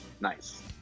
Nice